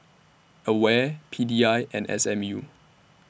AWARE P D I and S M U